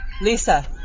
lisa